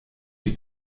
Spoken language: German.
die